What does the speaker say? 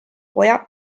poja